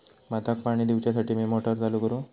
भाताक पाणी दिवच्यासाठी मी मोटर चालू करू?